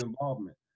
involvement